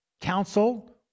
council